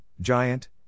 Giant